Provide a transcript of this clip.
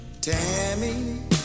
Tammy